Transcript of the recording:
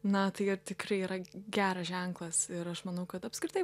na tai ir tikrai yra geras ženklas ir aš manau kad apskritai